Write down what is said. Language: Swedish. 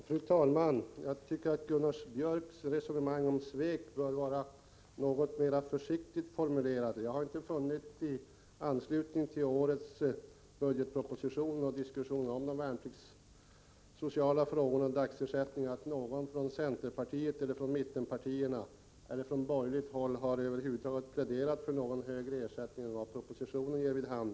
Fru talman! Gunnar Björk i Gävle bör formulera sitt resonemang om svek något mera försiktigt. Jag har i anslutning till årets budgetproposition och diskussionen om de värnpliktssociala frågorna och dagersättningen inte funnit att någon från centerpartiet eller från borgerligt håll över huvud taget har pläderat för en högre ersättning än vad propositionen ger vid handen.